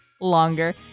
longer